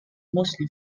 mostly